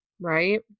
Right